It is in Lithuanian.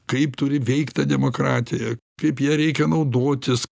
kaip turi veikt ta demokratija kaip ja reikia naudotis